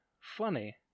funny